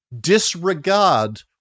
disregard